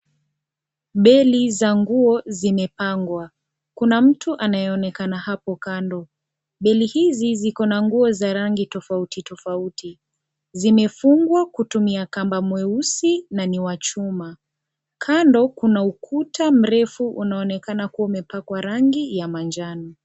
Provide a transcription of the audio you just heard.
Beli za nguo zimepangwa. Kuna mtu anayeonekana hapo kando. Beli hizi, ziko na nguo za rangi tofauti tofauti. Zimefungwa kutumia kamba mweusi na ni wa chuma. Kando, kuna ukuta mrefu unaonekana kuwa umepakwa rangi ya manjano.